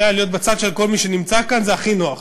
להיות בצד של כל מי נמצא כאן זה הכי נוח,